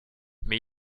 mais